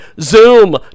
Zoom